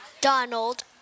Donald